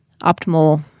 optimal